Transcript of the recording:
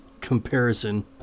comparison